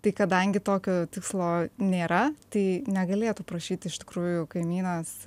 tai kadangi tokio tikslo nėra tai negalėtų prašyti iš tikrųjų kaimynas